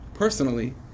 personally